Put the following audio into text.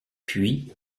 puis